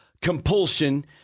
compulsion